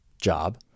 job